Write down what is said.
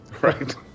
right